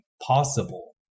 possible